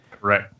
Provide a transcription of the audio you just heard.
Right